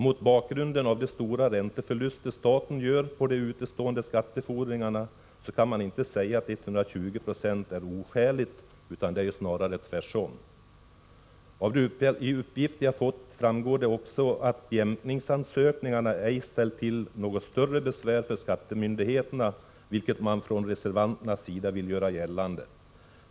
Mot bakgrund av de stora ränteförluster staten gör på de utestående skattefordringarna kan man inte säga att 120 96 är oskäligt, snarare tvärtom. Av de uppgifter jag fått framgår det också att jämkningsansökningarna ej ställt till något större besvär för skattemyndigheterna, vilket reservanterna vill göra gällande.